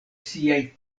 siaj